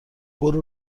برو